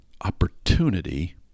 opportunity